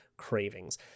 cravings